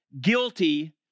guilty